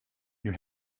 you